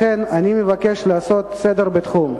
לכן אני מבקש לעשות סדר בתחום: